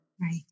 Right